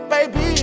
Baby